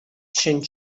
sin